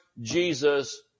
Jesus